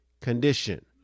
condition